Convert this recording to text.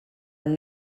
were